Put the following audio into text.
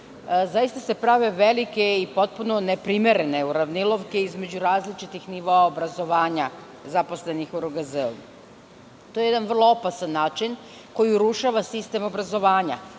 zaista se prave velike i potpuno neprimerene uravnilovke između različitih nivoa obrazovanja zaposlenih u RGZ. To je jedan vrlo opasan način koji urušava sistem obrazovanja,